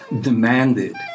demanded